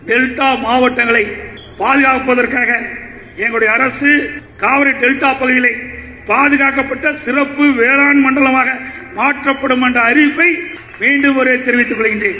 delta மாவட்டங்களை பாதுகாப்பதற்காக என்னுடைய அரசு காவிரி டெல்டா பகுதிகளை பாதணக்கப்பட்ட சிறப்பு வேளான் மண்டலமாக மாற்றப்படும் என்ற அறிவிப்பை மீண்டும் ஒரு முறை தெரிவித்துக் கொள்கிறேன்